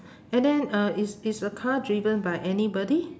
and then uh is is the car driven by anybody